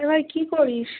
এ ভাই কী করিস